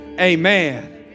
Amen